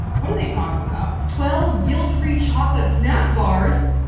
what are they talking about? twelve guilt free chocolate snack bars!